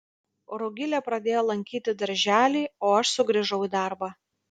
rugilė pradėjo lankyti darželį o aš sugrįžau į darbą